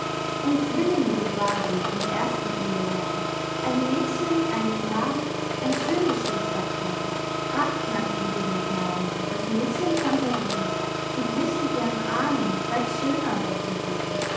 und zwillinge gebar sie im ersten ehejahr ein mädchen einen knaben ein schön geschwisterpaar kraft nannten sie den knaben das mädchen phantasie sie glichen ihren ahnen weit schöner doch wie die